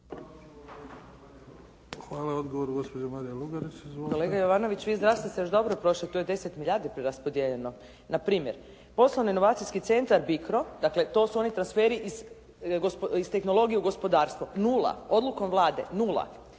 Izvolite. **Lugarić, Marija (SDP)** Kolega Jovanović, vi i zdravstvo ste još dobro prošli. To je 10 milijardi preraspodijeljeno. Npr. poslovni inovacijski centar Bikro, dakle to su oni transferi iz tehnologije u gospodarstvo, nula, odlukom Vlade nula.